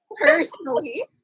personally